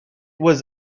was